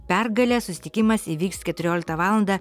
pergalę susitikimas įvyks keturioliktą valandą